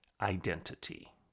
identity